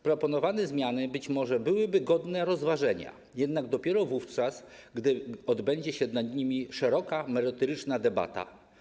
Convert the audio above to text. Proponowane zmiany być może byłyby godne rozważenia, jednak dopiero wówczas, gdy odbędzie się nad nimi szeroka, merytoryczna debata.